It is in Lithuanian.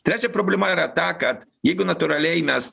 trečia problema yra ta kad jeigu natūraliai mes